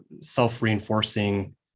self-reinforcing